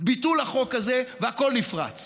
ביטול החוק הזה, והכול נפרץ: